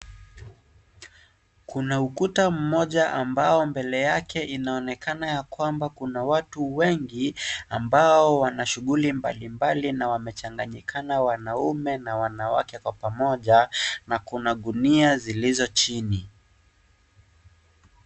Kuna ukuta mmoja ambao mbele yake inaonekana ya kwamba kuna watu wengi, ambao wana shughuli mbalimbali na wamechanganyikana wanaume na wanawake kwa pamoja na kuna gunia zilizo chini.